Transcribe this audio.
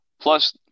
Plus